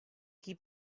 keep